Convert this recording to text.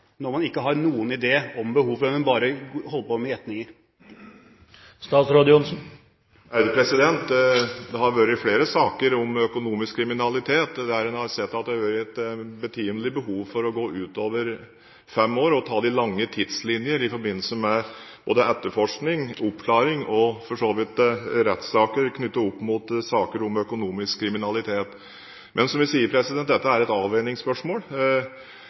når man ikke har noen idé om behovet, men bare holder på med gjetninger? Det har vært flere saker om økonomisk kriminalitet der en har sett at det har vært et betimelig behov for å gå utover fem år og ta de lange tidslinjer i forbindelse med både etterforskning, oppklaring og for så vidt rettssaker knyttet opp mot saker om økonomisk kriminalitet. Men, som vi sier, dette er et avveiningsspørsmål